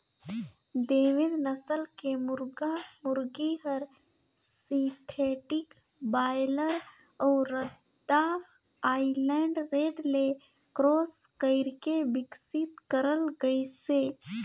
देवेंद नसल के मुरगा मुरगी हर सिंथेटिक बायलर अउ रद्दा आइलैंड रेड ले क्रास कइरके बिकसित करल गइसे